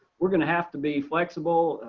we're gonna have to be flexible.